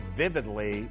vividly